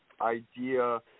idea